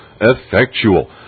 effectual